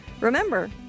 Remember